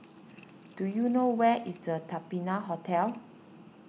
do you know where is the Patina Hotel